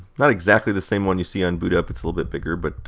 not exactly the same one you see on boot up, it's a little bit bigger. but